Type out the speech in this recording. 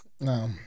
no